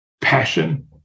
passion